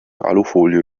alufolie